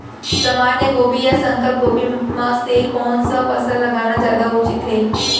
सामान्य गोभी या संकर गोभी म से कोन स फसल लगाना जादा उचित हे?